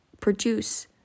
produce